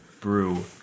Brew